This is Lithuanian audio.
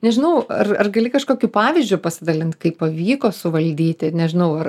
nežinau ar ar gali kažkokiu pavyzdžiui pasidalint kaip pavyko suvaldyti nežinau ar